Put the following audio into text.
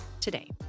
today